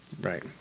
Right